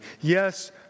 Yes